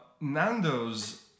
Nando's